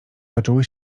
toczyły